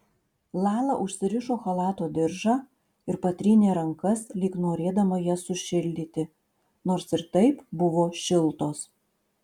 lala užsirišo chalato diržą ir patrynė rankas lyg norėdama jas sušildyti nors ir taip buvo šiltos